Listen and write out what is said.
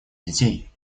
детей